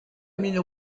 émile